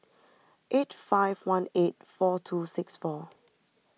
eight five one eight four two six four